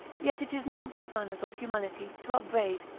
yet it is no good manners or humanity, to upbraid,